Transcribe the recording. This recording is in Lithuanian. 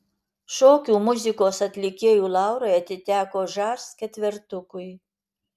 šokių muzikos atlikėjų laurai atiteko žas ketvertukui